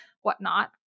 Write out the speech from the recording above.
whatnot